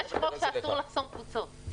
יש חוק שאסור לחסום קבוצות.